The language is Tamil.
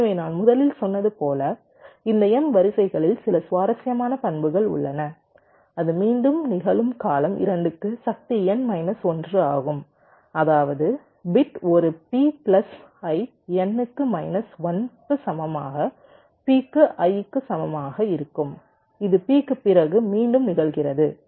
எனவே நான் முதலில் சொன்னது போல இந்த m வரிசைகளில் சில சுவாரஸ்யமான பண்புகள் உள்ளன அது மீண்டும் நிகழும் காலம் 2 க்கு சக்தி n மைனஸ் 1 ஆகும் அதாவது பிட் ஒரு பி பிளஸ் ஐ n க்கு மைனஸ் 1 க்கு சமமாக p க்கு ஐ க்கு சமமாக இருக்கும் இது p க்கு பிறகு மீண்டும் நிகழ்கிறது